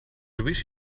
wish